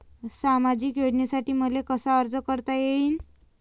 सामाजिक योजनेसाठी मले कसा अर्ज करता येईन?